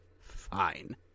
Fine